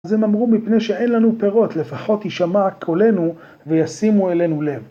אז הם אמרו מפני שאין לנו פירות, לפחות יישמע כולנו וישימו אלינו לב.